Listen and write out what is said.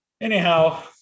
Anyhow